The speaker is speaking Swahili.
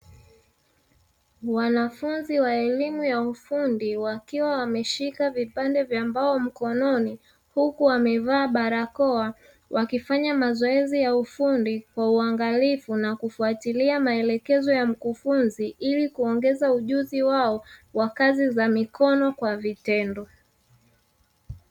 Wanafunzi wa elimu ya ufundi wakiwa wameshika vipande vya mbao mkononi, huku wamevaa barakoa wakifanya mazoezi ya ufundi kwa uangalifu na kufuatilia maelekezo ya mkufunzi ili kuongeza ujuzi wao wa kazi za mikono kwa vitendo.